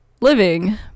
Living